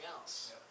else